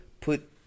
put